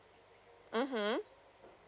(uh huh)